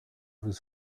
vous